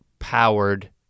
powered